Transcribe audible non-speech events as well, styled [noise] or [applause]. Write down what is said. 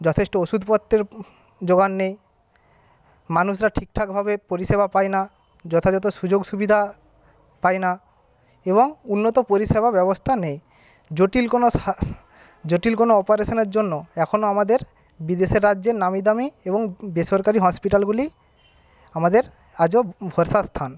যথেষ্ট ওষুধপত্রের জোগান নেই মানুষরা ঠিকঠাকভাবে পরিষেবা পায়না যথাযথ সুযোগ সুবিধা পায় না এবং উন্নত পরিষেবা ব্যবস্থা নেই জটিল কোনও [unintelligible] জটিল কোনও অপারেশনের জন্য এখনও আমাদের বিদেশে রাজ্যের নামিদামি এবং বেসরকারি হসপিটালগুলি আমাদের আজও ভরসার স্থান